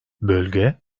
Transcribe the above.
bölge